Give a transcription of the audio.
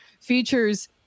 features